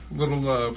little